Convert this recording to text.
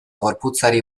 gorputzari